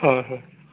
हां हां